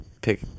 pick